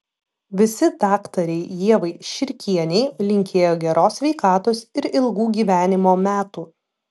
visi daktarei ievai širkienei linkėjo geros sveikatos ir ilgų gyvenimo metų